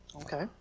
Okay